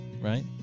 Right